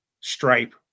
stripe